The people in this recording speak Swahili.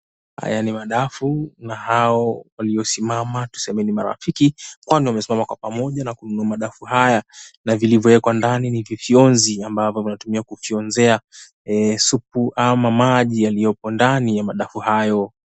Haya ni nadafu na hao waliosimama tuseme ni marafiki kwani wamesimama kwa pamoja na kununua madafu haya na vilivyowekwa ndani ni vivyonzi ambavyo vinatumiwa kuvyonzea supu ama maji yaliyopo ndani ya madafu hayo.